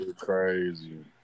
crazy